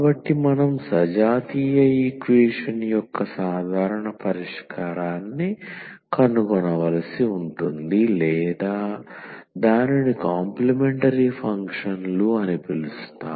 కాబట్టి మనం సజాతీయ ఈక్వేషన్ యొక్క సాధారణ పరిష్కారాన్ని కనుగొనవలసి ఉంటుంది లేదా దానిని కాంప్లీమెంటరీ ఫంక్షన్ లు అని పిలుస్తాము